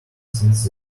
since